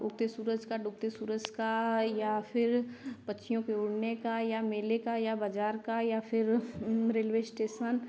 उगते सूरज का डूबते सूरज का या फिर पक्षियों के उड़ने का या मेले का या बाज़ार का या फिर रेलवे इस्टेसन